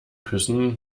küssen